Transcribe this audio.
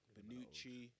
Benucci